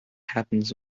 happens